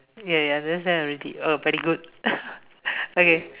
ya ya understand already oh very good okay